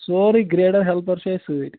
سٲرٕے گرٛیڈا ہٮ۪لپَر چھِ اَسہِ سۭتۍ